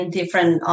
different